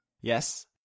Yes